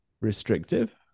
restrictive